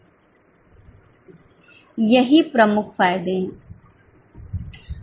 यही प्रमुख फायदे हैं